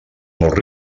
molt